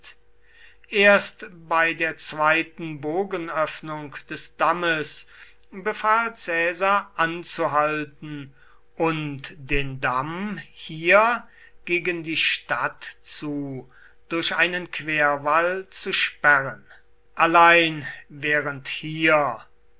erst bei der zweiten bogenöffnung des dammes befahl caesar anzuhalten und den damm hier gegen die stadt zu durch einen querwall zu sperren allein während hier